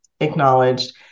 acknowledged